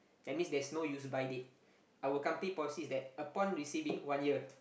that means there's no use by date our company policy is that upon receiving one year